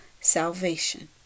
salvation